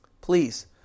Please